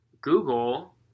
Google